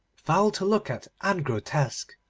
foul to look at and grotesque.